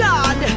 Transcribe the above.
God